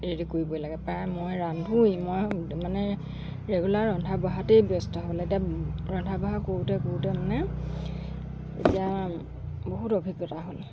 ready কৰিবই লাগে প্ৰায় মই ৰান্ধোৱেই মই মানে ৰেগুলাৰ ৰন্ধা বঢ়াতেই ব্যস্ত হ'ব লাগে ৰন্ধা বঢ়া কৰোঁতে কৰোঁতে মানে এতিয়া বহুত অভিজ্ঞতা হ'ল